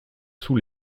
sous